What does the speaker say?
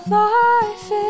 life